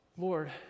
Lord